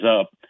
up